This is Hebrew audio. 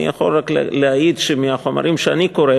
אני יכול רק להעיד שמהחומרים שאני קורא